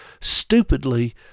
stupidly